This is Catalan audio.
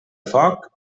foc